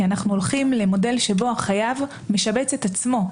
אנו הולכים למודל שבו החייב משבץ את עצמו.